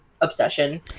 obsession